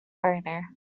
further